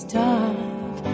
dark